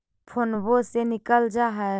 फोनवो से निकल जा है?